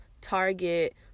target